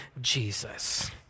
Jesus